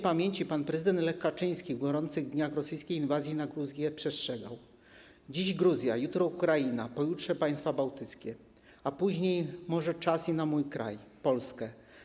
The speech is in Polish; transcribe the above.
Śp. pan prezydent Lech Kaczyński w gorących dniach rosyjskiej inwazji na Gruzję przestrzegał: dziś Gruzja, jutro Ukraina, pojutrze państwa bałtyckie, a później może czas i na mój kraj, na Polskę.